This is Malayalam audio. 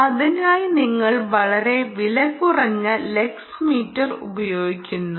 അതിനായി നിങ്ങൾ വളരെ വിലകുറഞ്ഞ ലക്സ് മീറ്റർ ഉപയോഗിക്കുന്നു